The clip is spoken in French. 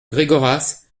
gregoras